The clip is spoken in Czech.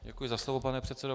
Děkuji za slovo, pane předsedo.